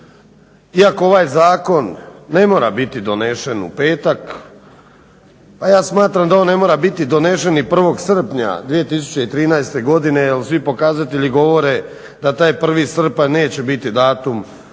iako ovaj zakon ne mora biti donesen u petak. A ja smatram da on ne mora biti donešen ni 1. srpanja 2013. godine jer svi pokazatelji govore da taj 1. srpanj neće biti datum